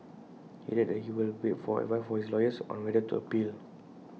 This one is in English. he added that he will wait for advice from his lawyers on whether to appeal